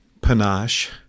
panache